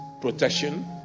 protection